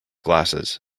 glasses